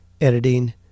editing